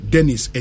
Dennis